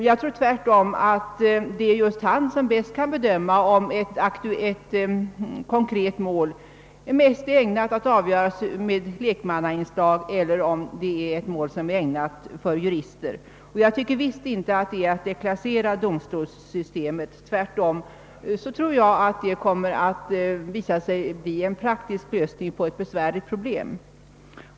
Jag tror tvärtom att det är just den enskilde domaren som bäst kan bedöma om ett konkret mål är mest lämpat att avgöras med lekmannainslag eller om det är mera lämpat för jurister. Detta innebär visst inte en deklassering av domstolssystemet, tvärtom kan det komma att visa sig vara en praktisk lösning på ett besvärligt problem.